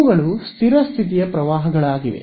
ಇವುಗಳು ಸ್ಥಿರ ಸ್ಥಿತಿಯ ಪ್ರವಾಹಗಳಾಗಿವೆ